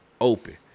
open